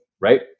right